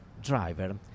driver